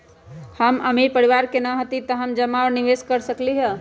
हम अमीर परिवार से न हती त का हम जमा और निवेस कर सकली ह?